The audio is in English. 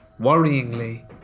Worryingly